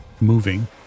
moving